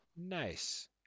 Nice